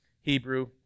Hebrew